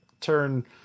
turn